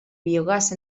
biogàs